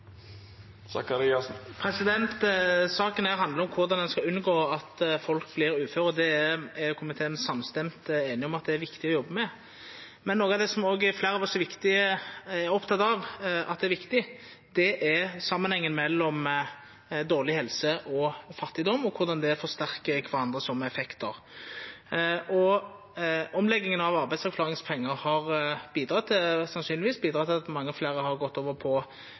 handlar om korleis ein skal unngå at folk vert uføre, og det er komiteen samstemd einige om at det er viktig å jobba med. Men noko av det fleire av oss er opptekne av at er viktig, er samanhengen mellom dårleg helse og fattigdom, og korleis det forsterkar kvarandre som effektar. Omlegginga av arbeidsavklaringspengar har sannsynlegvis bidrege til at mange fleire har gått over til uføretrygd. Eg reknar med at statsråden er godt kjend med det som i alle fall på